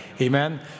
Amen